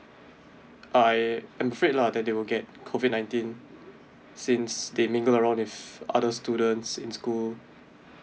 I am afraid lah that they will get COVID nineteen since they mingle around with other students in school